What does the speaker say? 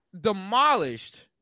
demolished